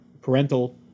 parental